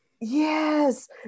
Yes